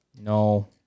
No